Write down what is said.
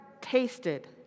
tasted